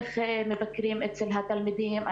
איך מבקרים אצל התלמידים.